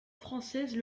française